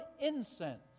incense